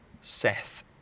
Seth